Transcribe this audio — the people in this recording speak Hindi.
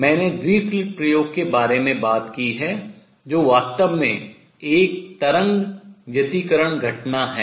मैंने द्वि स्लिट प्रयोग के बारे में बात की है जो वास्तव में एक तरंग व्यतिकरण घटना है